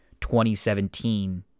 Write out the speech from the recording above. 2017